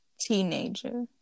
teenager